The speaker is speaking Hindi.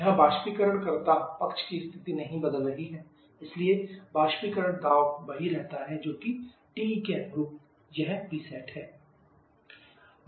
यहां बाष्पीकरणकर्ता पक्ष की स्थिति नहीं बदल रही है इसलिए बाष्पीकरण दाब वही रहता है जोकि TE के अनुरूप यह Psat है